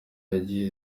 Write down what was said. zagiye